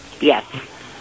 Yes